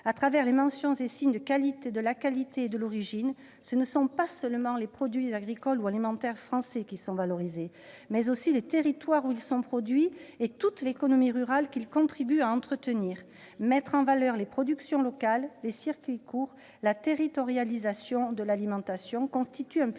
À travers les mentions et signes de la qualité et de l'origine, ce ne sont pas seulement les produits agricoles ou alimentaires français qui sont valorisés, mais aussi les territoires où ils sont produits et toute l'économie rurale qu'ils contribuent à entretenir. Mettre en valeur les productions locales, les circuits courts, la territorialisation de l'alimentation constitue un puissant